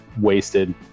wasted